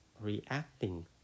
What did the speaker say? reacting